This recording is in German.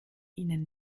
ihnen